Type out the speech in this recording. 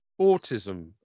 autism